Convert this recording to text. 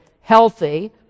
healthy